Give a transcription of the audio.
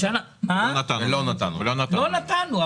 לא נתנו,